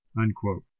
unquote